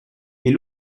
est